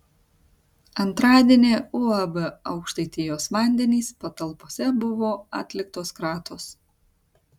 antradienį uab aukštaitijos vandenys patalpose buvo atliktos kratos